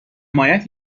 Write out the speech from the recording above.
حمایت